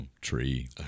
tree